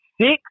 six